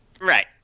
Right